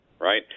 Right